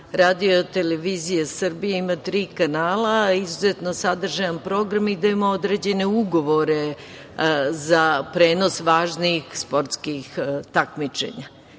da shvatimo da RTS ima tri kanala i izuzetno sadržajan program i da mi imamo određene ugovore za prenos važnih sportskih takmičenja